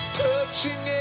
touching